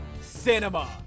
cinema